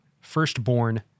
firstborn